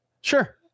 Sure